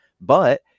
but-